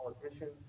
politicians